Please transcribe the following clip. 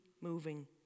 moving